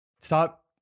stop